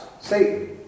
Satan